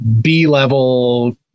b-level